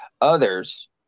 Others